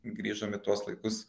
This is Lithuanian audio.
grįžom į tuos laikus